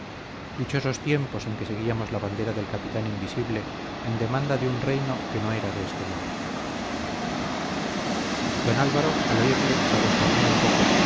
dichosos tiempos en que seguíamos la bandera del capitán invisible en demanda de un reino que no era de este mundo don álvaro al oírle se abochornó un poco